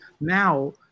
now